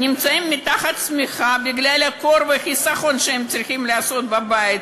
נמצאים מתחת לשמיכה בגלל הקור והחיסכון שהם צריכים לעשות בבית,